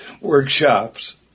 workshops